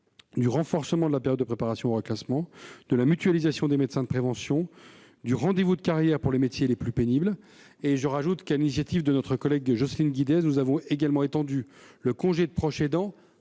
du renforcement de la période de préparation au reclassement, de la mutualisation des médecins de prévention, du rendez-vous de carrière pour les métiers les plus pénibles. J'ajoute que, sur l'initiative de notre collègue Jocelyne Guidez, nous avons également étendu le congé de proche aidant